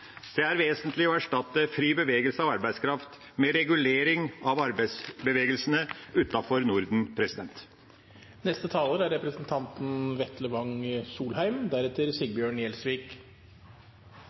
Det er vesentlig å erstatte fri bevegelse av arbeidskraft med regulering av arbeidsbevegelsene utenfor Norden.